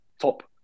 top